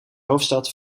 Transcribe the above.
hoofdstad